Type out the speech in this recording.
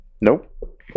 Nope